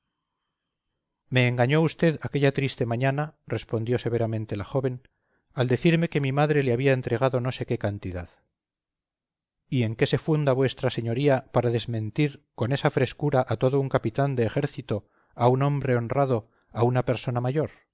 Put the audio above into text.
me engañó usted aquella triste mañana respondió severamente la joven al decirme que mi madre le había entregado no sé qué cantidad y en qué se funda vuestra señoría para desmentir con esa frescura a todo un capitán de ejército a un hombre honrado a una persona mayor